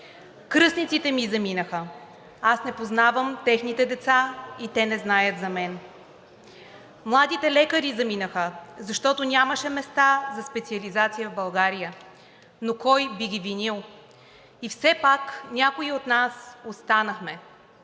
Кръстниците ми заминаха, аз не познавам техните деца и те не знаят за мен. Младите лекари заминаха, защото нямаше места за специализация в България, но кой би ги винил? И все пак някои от нас останахме.